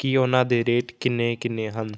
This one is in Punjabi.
ਕਿ ਉਹਨਾਂ ਦੇ ਰੇਟ ਕਿੰਨੇ ਕਿੰਨੇ ਹਨ